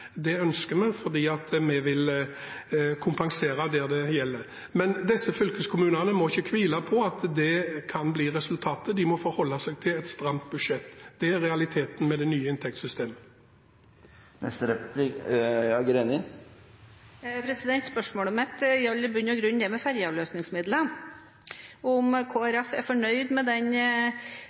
Det ønsker vi, for vi vil kompensere der dette gjelder. Men fylkeskommunene må ikke hvile på at det kan bli resultatet – de må forholde seg til et stramt budsjett. Det er realiteten når det gjelder det nye inntektssystemet. Spørsmålet mitt gjaldt i bunn og grunn det med fergeavløsningsmidler og om Kristelig Folkeparti er fornøyd med